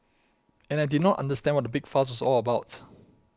and I did not understand what the big fuss was all about